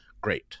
great